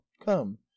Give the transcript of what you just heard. Come